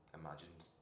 imagined